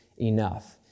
enough